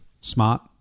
smart